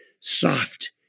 soft